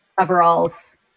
overalls